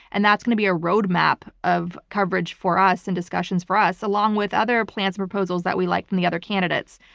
and that's going to be a roadmap of coverage for us and discussions for us along with other plans and proposals that we like from the other candidates.